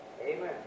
Amen